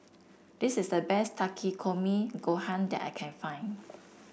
this is the best Takikomi Gohan that I can find